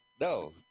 No